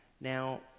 Now